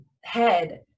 head